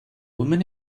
woman